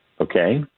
Okay